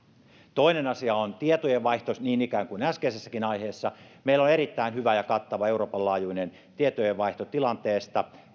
toinen asia on tietojenvaihto niin kuin äskeisessäkin aiheessa meillä on erittäin hyvä ja kattava euroopan laajuinen tietojenvaihto tilanteesta